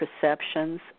perceptions